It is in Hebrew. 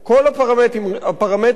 כל הפרמטרים,